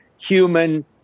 human